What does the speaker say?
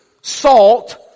salt